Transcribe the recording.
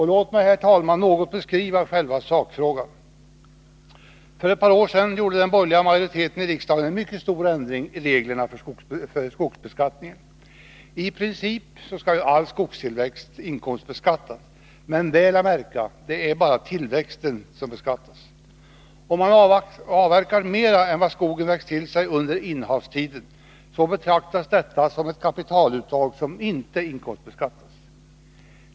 Låt mig, herr talman, något beskriva själva sakfrågan. För ett par år sedan gjorde den borgerliga majoriteten i riksdagen en mycket stor ändring i reglerna för skogsbeskattningen. I princip skall ju all skogstillväxt inkomstbeskattas, men väl att märka är att det bara gäller tillväxten. Om man avverkar mera än vad skogen växt till sig under innehavstiden, så betraktas detta som ett kapitaluttag som inte inkomstbeskattas.